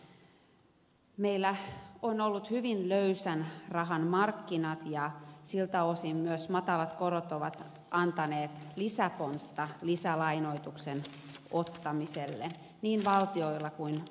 meillä on ollut hyvin löysän rahan markkinat ja siltä osin myös matalat korot ovat antaneet lisäpontta lisälainoituksen ottamiselle niin valtioilla kuin kuluttajilla